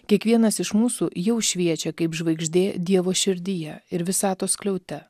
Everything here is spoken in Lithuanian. kiekvienas iš mūsų jau šviečia kaip žvaigždė dievo širdyje ir visatos skliaute